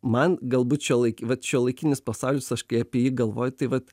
man galbūt šiuolaik vat šiuolaikinis pasaulis aš kai apie jį galvoju tai vat